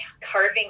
carving